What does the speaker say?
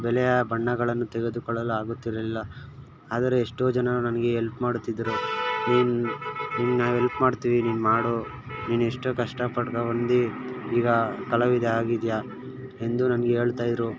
ಬೆಲೆಯ ಬಣ್ಣಗಳನ್ನು ತೆಗೆದುಕೊಳ್ಳಲು ಆಗುತ್ತಿರಲಿಲ್ಲ ಆದರೆ ಎಷ್ಟೋ ಜನರು ನನಗೆ ಎಲ್ಪ್ ಮಾಡುತ್ತಿದ್ದರು ನಿನ್ನ ನಿಂಗೆ ನಾವು ಹೆಲ್ಪ್ ಮಾಡ್ತೀವಿ ನೀನು ಮಾಡು ನೀನು ಎಷ್ಟು ಕಷ್ಟ ಪಡ್ಕ ಬಂದು ಈಗ ಕಲಾವಿದ ಆಗಿದ್ದೀಯ ಎಂದು ನನ್ಗೆ ಹೇಳ್ತಾ ಇದ್ದರು